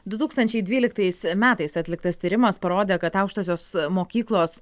du tūkstančiai dvyliktais metais atliktas tyrimas parodė kad aukštosios mokyklos